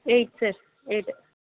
eight sir eight